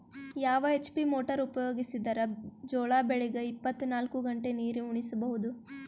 ಯಾವ HP motor ಉಪಯೋಗಿಸಿದರ ಜೋಳ ಬೆಳಿಗ ಇಪ್ಪತ ನಾಲ್ಕು ಗಂಟೆ ನೀರಿ ಉಣಿಸ ಬಹುದು?